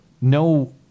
no